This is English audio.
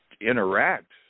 interact